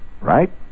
Right